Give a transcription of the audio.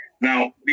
Now